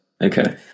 Okay